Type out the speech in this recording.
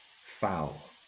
foul